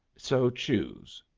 so choose.